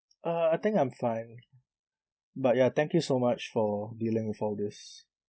uh I think I'm fine but ya thank you so much for dealing with all this